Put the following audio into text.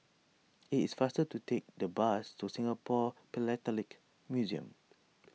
it is faster to take the bus to Singapore Philatelic Museum